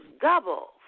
double